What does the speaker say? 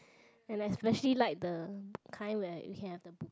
and I specially like the kind where you can have the